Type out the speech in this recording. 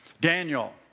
Daniel